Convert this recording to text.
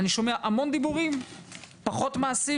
אני שומע המון דיבורים ופחות מעשים.